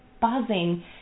buzzing